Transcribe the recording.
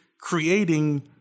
creating